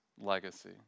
legacy